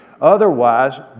Otherwise